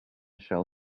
shall